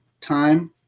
time